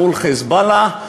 מול "חיזבאללה",